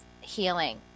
healing